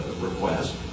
request